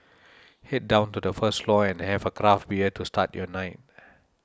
head down to the first floor and have a craft bear to start your night